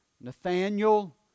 Nathaniel